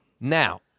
Now